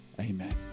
Amen